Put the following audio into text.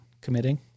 Committing